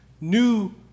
New